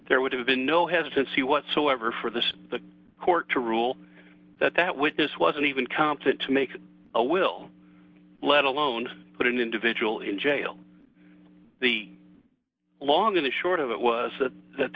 there would have been no hesitancy whatsoever for this the court to rule that that witness wasn't even competent to make a will let alone put an individual in jail the long and short of it was that that